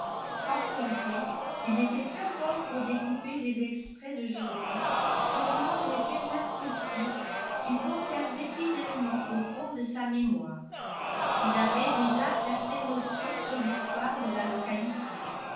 sans compter qu'il était très fort pour découper des extraits de journaux contenant des faits instructifs qu'il conservait fidèlement au fond de sa mémoire il avait déjà certaines notions sur l'histoire de la localité